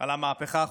על המהפכה החוקתית.